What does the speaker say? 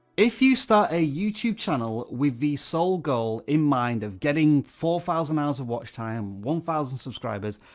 if you start a youtube channel with the sole goal in mind of getting four thousand hours of watch time, one thousand subscribers,